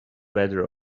weather